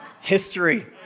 History